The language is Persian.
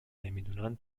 نمیدونن